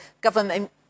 government